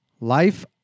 Life